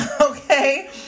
okay